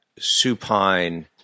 supine